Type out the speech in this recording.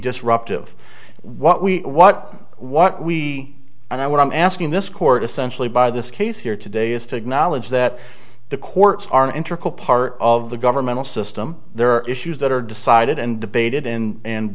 disruptive what we what what we and i what i'm asking this court essentially by this case here today is to acknowledge that the courts are an intricate part of the governmental system there are issues that are decided and debate